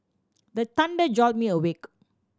the thunder jolt me awake